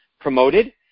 promoted